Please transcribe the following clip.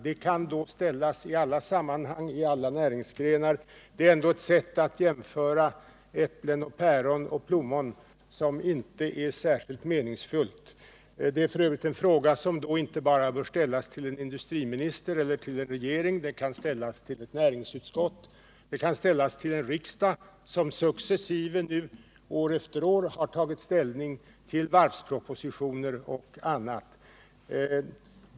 De skulle då kunna ställas på det sättet i alla sammanhang och i alla näringsdelar, men det är ju ändå ett sätt att jämföra äpplen och päron och plommon som inte är särskilt meningsfullt. Detta är f. ö. en fråga som inte bara bör ställas till industriministern eller till regeringen, utan den kan även ställas till ett näringsutskott och den kan ställas till en riksdag, som nu successivt år efter år har tagit ställning till varvspropositioner och annat.